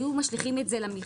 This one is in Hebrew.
היו משליכים את זה למחזוריות.